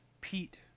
pete